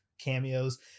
cameos